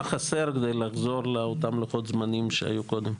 מה חסר כדי לחזור לאותם לוחות זמנים שהיו קודם?